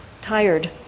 tired